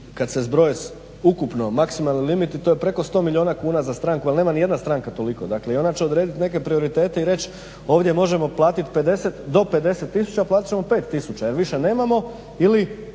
kad se zbroje ukupno maksimalni limiti, to je preko 100 milijuna kuna za stranku, ali nema niti jedna stranka toliko. I onda će odredit neke prioritete i reć ovdje možemo platiti 50, do 50 tisuća, a platit ćemo 5 tisuća jer više nemamo ili